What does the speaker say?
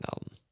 album